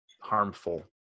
harmful